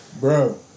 Bro